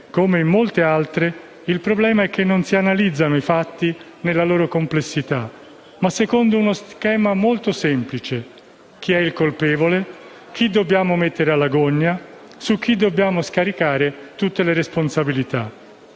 come in molte altre, il problema è che non si analizzano i fatti nella loro complessità, ma secondo uno schema molto semplice: chi è il colpevole, chi dobbiamo mettere alla gogna, su chi dobbiamo scaricare tutte le responsabilità.